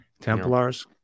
Templars